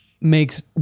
makes